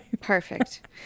Perfect